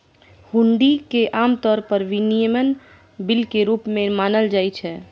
हुंडी कें आम तौर पर विनिमय बिल के रूप मे मानल जाइ छै